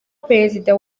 prezida